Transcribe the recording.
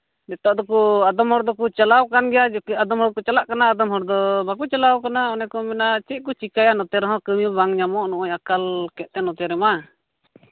ᱱᱤᱛᱚᱜ ᱫᱚᱠᱚ ᱟᱫᱚᱢ ᱦᱚᱲ ᱫᱚᱠᱚ ᱪᱟᱞᱟᱣ ᱠᱟᱱ ᱜᱮᱭᱟ ᱟᱫᱚᱢ ᱦᱚᱲ ᱠᱚ ᱪᱟᱞᱟᱜ ᱠᱟᱱ ᱜᱮᱭᱟ ᱟᱫᱚᱢ ᱦᱚᱲ ᱫᱚ ᱵᱟᱠᱚ ᱪᱟᱞᱟᱣ ᱠᱟᱱᱟ ᱚᱱᱮ ᱠᱚ ᱢᱮᱱᱟ ᱪᱮᱫ ᱠᱚ ᱪᱤᱠᱟᱹᱭᱟ ᱱᱚᱛᱮ ᱨᱮᱦᱚᱸ ᱠᱟᱹᱢᱤ ᱦᱚᱸ ᱵᱟᱝ ᱧᱟᱢᱚᱜᱼᱟ ᱱᱚᱜᱼᱚᱭ ᱟᱠᱟᱫ ᱠᱮᱫᱼᱟᱭ ᱱᱚᱛᱮ ᱨᱮᱢᱟ